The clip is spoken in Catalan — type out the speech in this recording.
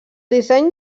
disseny